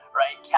right